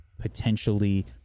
potentially